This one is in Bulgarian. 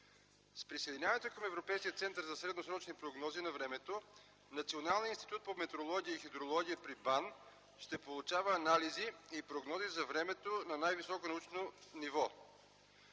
С присъединяването към Европейския център за средносрочни прогнози на времето Националният институт по метеорология и хидрология при БАН ще получава анализи и прогнози за времето на най-високо научно ниво.